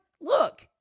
Look